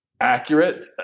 accurate